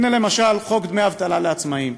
הנה, למשל, חוק דמי אבטלה לעצמאים,